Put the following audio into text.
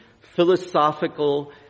philosophical